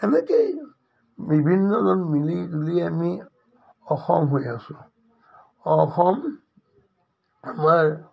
এনেকৈয়ে বিভিন্নজন মিলি জুলি আমি অসম হৈ আছোঁ অসম আমাৰ